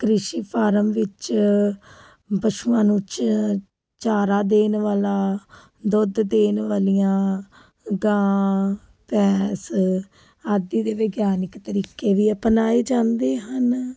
ਕ੍ਰਿਸ਼ੀ ਫਾਰਮ ਵਿੱਚ ਪਸ਼ੂਆਂ ਨੂੰ ਚਾ ਚਾਰਾ ਦੇਣ ਵਾਲਾ ਦੁੱਧ ਦੇਣ ਵਾਲੀਆਂ ਗਾਂ ਭੈਂਸ ਆਦਿ ਦੇ ਵਿਗਿਆਨਿਕ ਤਰੀਕੇ ਵੀ ਅਪਣਾਏ ਜਾਂਦੇ ਹਨ